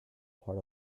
part